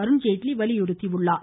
அருண்ஜேட்லி வலியுறுத்தியுள்ளார்